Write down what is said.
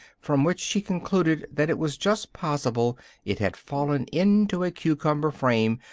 from which she concluded that it was just possible it had fallen into a cucumber-frame,